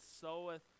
soweth